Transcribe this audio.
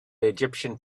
egyptian